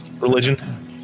Religion